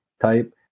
type